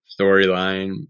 storyline